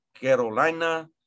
Carolina